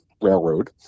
railroad